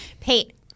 Pete